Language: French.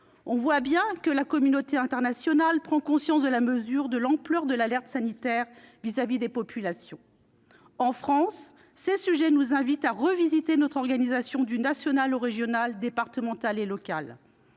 On voit bien que la communauté internationale prend la mesure de l'ampleur de l'alerte sanitaire vis-à-vis des populations. En France, ces sujets nous invitent à revisiter notre organisation, de l'échelle nationale aux échelles régionale, départementale et locale.